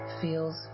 feels